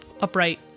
upright